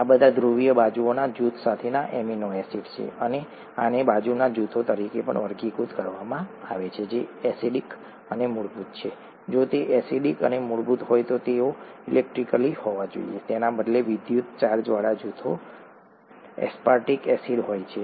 આ બધા ધ્રુવીય બાજુના જૂથ સાથેના એમિનો એસિડ છે અને આને બાજુના જૂથો તરીકે પણ વર્ગીકૃત કરવામાં આવ્યા છે જે એસિડિક અને મૂળભૂત છે જો તે એસિડિક અને મૂળભૂત હોય તો તેઓ ઇલેક્ટ્રિકલી હોવા જોઈએ તેના બદલે વિદ્યુત ચાર્જવાળા જૂથો એસ્પાર્ટિક એસિડ પર હોય છે